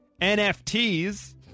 NFTs